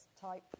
type